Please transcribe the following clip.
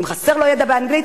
אם חסר לו ידע באנגלית,